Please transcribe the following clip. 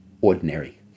ordinary